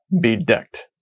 bedecked